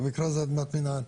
במקרה אדמת הזה אדמת מנהל,